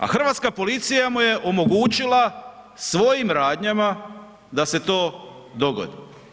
A hrvatska policija mu je omogućila svojim radnjama da se to dogodi.